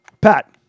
Pat